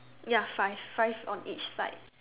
ya five five on each side